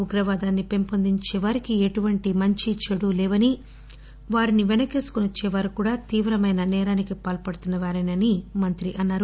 ఉగ్రవాదాన్ని పెంపొందించే వారికి ఎటువంటి మంచీ చెడూ లేవని వారిని పెనకేసుకుని వచ్చే వారు కూడా తీవ్రమైన సేరానికి పాల్పడుతున్న వారిని మంత్రి అన్నారు